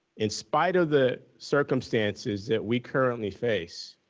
in spite of the circumstances that we currently face,